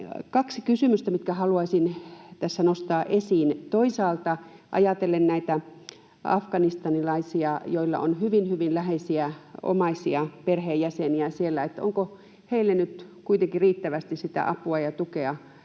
Kaksi kysymystä, mitkä haluaisin tässä nostaa esiin: Toisaalta ajatellen näitä afganistanilaisia, joilla on hyvin, hyvin läheisiä omaisia, perheenjäseniä siellä. Onko heille nyt kuitenkin riittävästi sitä apua ja tukea